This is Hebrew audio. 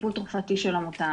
טיפול תרופתי שלא מותאם.